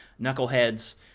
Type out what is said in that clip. knuckleheads